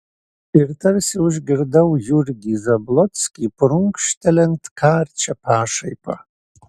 ir tarsi užgirdau jurgį zablockį prunkštelint karčia pašaipa